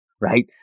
Right